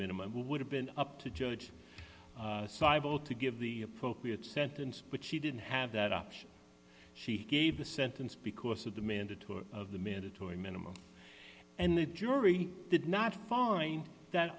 minimum would have been up to judge cybil to give the appropriate sentence but she didn't have that option she gave the sentence because of the mandatory of the mandatory minimum and the jury did not find that